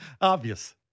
Obvious